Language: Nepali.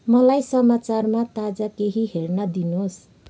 मलाई समाचारमा ताजा केही हेर्न दिनुहोस्